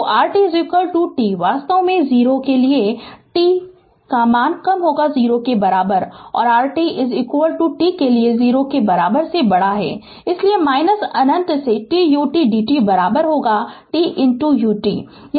तो rt t वास्तव में 0 के लिये t 0 के बराबर और rt t के लिए 0 के बराबर से बड़ा है इसीलिए अनंत से t ut d t बराबर t ut है